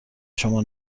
شما